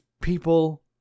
people